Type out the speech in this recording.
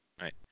right